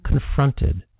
confronted